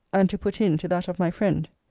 and to put in to that of my friend.